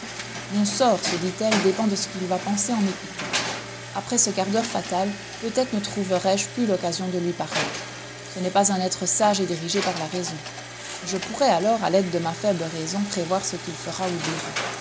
mon sort se dit-elle dépend de ce qu'il va penser en m'écoutant après ce quart d'heure fatal peut-être ne trouverai-je plus l'occasion de lui parler ce n'est pas un être sage et dirigé par la raison je pourrais alors à l'aide de ma faible raison prévoir ce qu'il fera ou dira